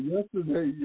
Yesterday